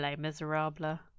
miserable